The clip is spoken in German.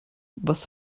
was